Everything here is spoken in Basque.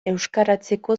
euskaratzeko